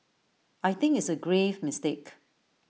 I think it's A grave mistake